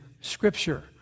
Scripture